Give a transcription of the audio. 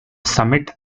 summit